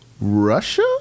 Russia